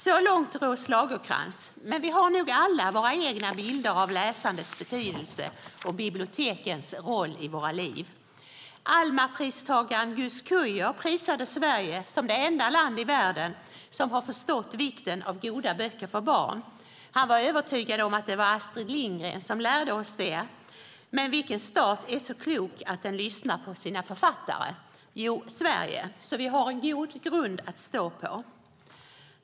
Så långt Rose Lagercrantz, men vi har nog alla våra egna bilder av läsandets betydelse och bibliotekens roll i våra liv. Almapristagaren Guus Kuijer prisade Sverige som det enda land i världen som förstått vikten av goda böcker för barn. Han var övertygad om att det var Astrid Lindgren som lärde oss det, men vilken stat är så klok att den lyssnar på sina författare? Jo, Sverige. Vi har alltså en god grund att stå på.